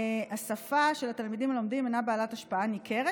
השפה שהתלמידים לומדים אינה בעלת השפעה ניכרת,